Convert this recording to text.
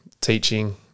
teaching